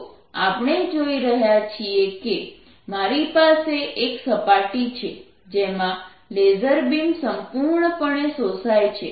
તો આપણે જોઈ રહ્યા છીએ કે મારી પાસે એક સપાટી છે જેમાં લેસર બીમ સંપૂર્ણપણે શોષાય છે